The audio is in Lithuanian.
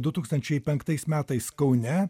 du tūkstančiai penktais metais kaune